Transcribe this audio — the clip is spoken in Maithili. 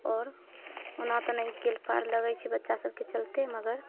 आओर ओना तऽ नहि गेल पार लगैत छै बच्चा सभकेँ चलते मगर